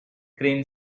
crane